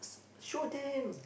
show them